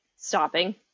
Stopping